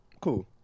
Cool